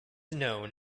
known